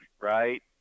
right